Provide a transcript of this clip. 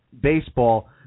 baseball